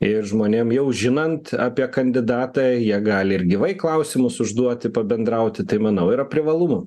ir žmonėm jau žinant apie kandidatą jie gali ir gyvai klausimus užduoti pabendrauti tai manau yra privalumų